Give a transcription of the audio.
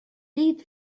did